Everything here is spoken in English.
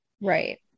right